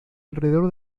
alrededor